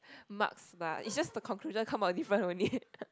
marks lah it's just the conclusion come out different only